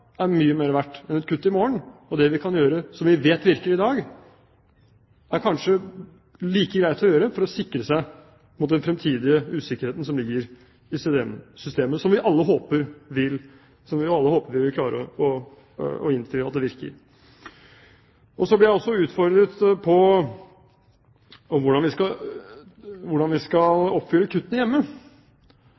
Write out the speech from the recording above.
er mye mer verdt enn et kutt i morgen. Det vi kan gjøre som vi vet virker i dag, er kanskje like greit å gjøre for å sikre seg mot den fremtidige usikkerheten som ligger i systemet, som vi alle håper vi vil klare å innfri – at det virker. Så ble jeg også utfordret på hvordan vi skal oppfylle kuttene hjemme.